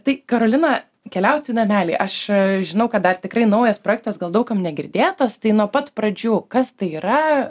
tai karolina keliaut į namelį aš žinau kad dar tikrai naujas projektas gal daug kam negirdėtas tai nuo pat pradžių kas tai yra